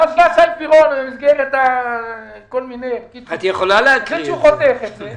ואז בא שי פירון, החליט שהוא חותך את זה,